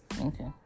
Okay